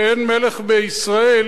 שאין מלך בישראל,